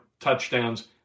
touchdowns